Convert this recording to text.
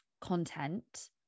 content